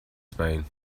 spain